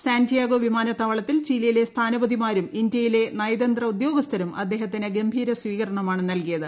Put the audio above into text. San Diego വിമാനത്താവളത്തിൽ ചിലിയിലെ സ്ഥാനപതിമാരും ഇന്ത്യയിലെ നയതന്ത്ര ഉദ്യോഗസ്ഥരും അദ്ദേഹത്തിന് ഗംഭീര സ്വീകരണമാണ് നൽകിയത്